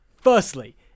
firstly